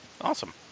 awesome